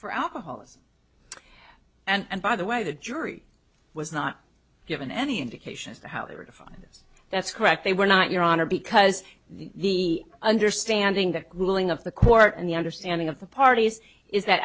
for alcoholism and by the way the jury was not given any indication as to how it refines that's correct they were not your honor because the understanding that ruling of the court and the understanding of the parties is that